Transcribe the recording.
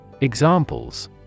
Examples